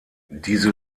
diese